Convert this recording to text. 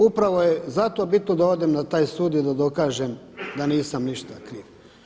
Upravo je zato bitno da odem na taj sud i da dokažem da nisam ništa kriv.